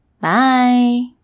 Bye